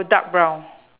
dark brown